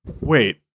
Wait